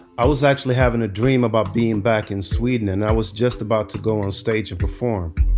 i was actually having a dream about being back in sweden and i was just about to go on stage and perform.